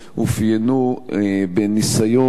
אופיינו בניסיון,